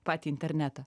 patį internetą